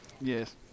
Yes